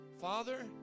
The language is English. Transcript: Father